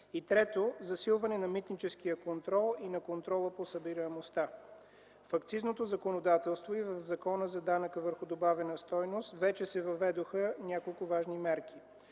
Трето, засилване на митническия контрол и на контрола по събираемостта. В акцизното законодателство и в Закона за данъка върху добавената стойност вече се въведоха няколко важни мерки.